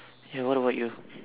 ya what about you